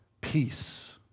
Peace